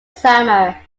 summer